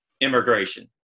Immigration